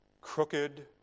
crooked